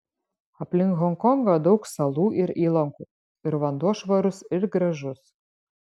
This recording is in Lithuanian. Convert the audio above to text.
aplink honkongą daug salų ir įlankų ir vanduo švarus ir gražus